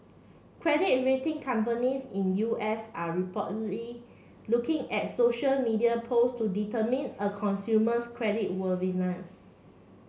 credit rating companies in U S are reportedly looking at social media posts to determine a consumer's credit worthiness